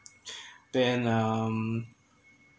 then um